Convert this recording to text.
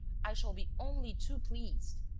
i shall be only too pleased.